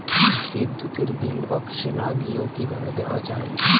বিদ্যুতের বিল অফিসে না গিয়েও কিভাবে দেওয়া য়ায়?